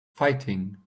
fighting